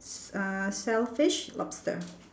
uh shellfish lobster